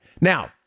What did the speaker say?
Now